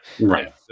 Right